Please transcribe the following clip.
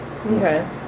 Okay